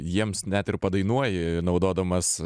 jiems net ir padainuoji naudodamas